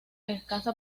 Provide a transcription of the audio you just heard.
escasa